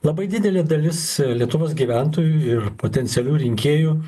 labai didelė dalis lietuvos gyventojų ir potencialių rinkėjų